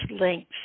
links